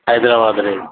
ହାଇଦ୍ରାବାଦରେ